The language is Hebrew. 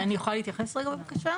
אני יכולה להתייחס בבקשה?